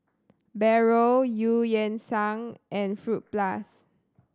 Barrel Eu Yan Sang and Fruit Plus